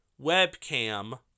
webcam